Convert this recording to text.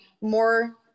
more